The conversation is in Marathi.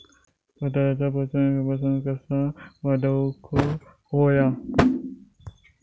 बटाट्याचा पोषक व्यवस्थापन कसा वाढवुक होया?